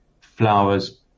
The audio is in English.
flowers